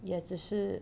也只是